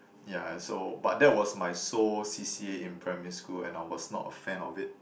ya and so but that was my sole c_c_a in primary school and I was not a fan of it